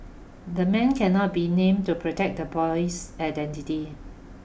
the man cannot be named to protect the boy's identity